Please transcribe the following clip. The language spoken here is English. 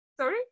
sorry